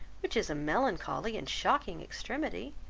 which is a melancholy and shocking extremity